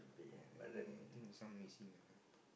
ya uh I think is some missing lah